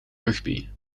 rugby